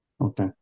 Okay